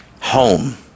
Home